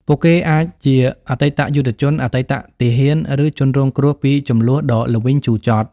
ពួកគេអាចជាអតីតយុទ្ធជន អតីតទាហាន ឬជនរងគ្រោះពីជម្លោះដ៏ល្វីងជូរចត់។